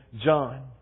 John